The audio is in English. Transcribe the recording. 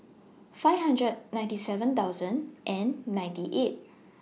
five hundred ninety seven thousand and ninety eight